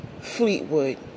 Fleetwood